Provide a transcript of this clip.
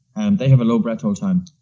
and they have a low breath-hold time,